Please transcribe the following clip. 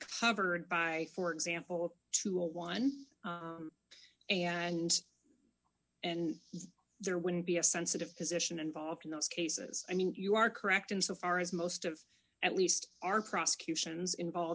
covered by for example to a one and and there wouldn't be a sensitive position involved in those cases i mean you are correct insofar as most of at least our prosecutions involve